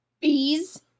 Bees